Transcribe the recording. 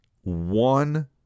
one